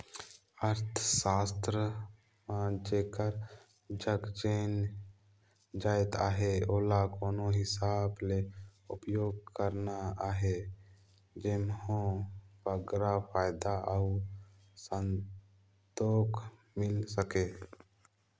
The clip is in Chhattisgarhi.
अर्थसास्त्र म जेकर जग जेन जाएत अहे ओला कोन हिसाब ले उपयोग करना अहे जेम्हो बगरा फयदा अउ संतोक मिल सके